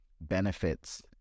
benefits